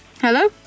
Hello